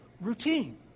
routine